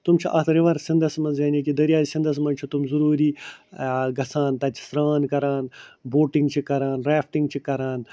تِم چھِ اَتھ رِوَر سِنٛدَس منٛز یعنی کہ دریاے سِنٛدَس منٛز چھِ تِم ضُروٗری گژھان تَتہِ چھِ سران کران بوٹِنٛگ چھِ کران ریٚفٹِنٛگ چھِ کران